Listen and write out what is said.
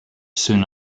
soon